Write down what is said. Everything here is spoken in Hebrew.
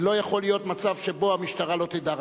ולא יכול להיות מצב שבו המשטרה לא תדע.